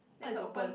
what is open